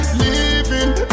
living